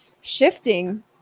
shifting